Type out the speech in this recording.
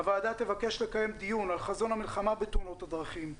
הוועדה תבקש לקיים דיון על חזון המלחמה בתאונות הדרכים,